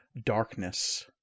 darkness